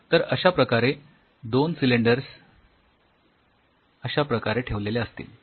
तर अश्या प्रकारे दोन सिलेंडर्स अश्या प्रकारे ठेवलेले असतील